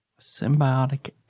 symbiotic